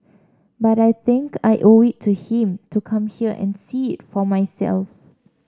but I think I owe it to him to come here and see it for myself